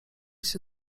się